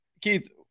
keith